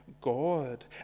God